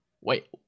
wait